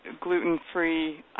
gluten-free